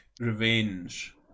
revenge